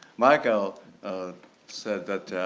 michael said that,